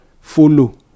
follow